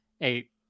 eight